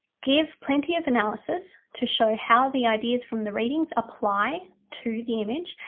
give plenty of analysis to show how the ideas from the readings apply to the image.